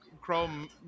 chrome